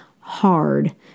hard